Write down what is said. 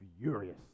furious